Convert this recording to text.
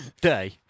Day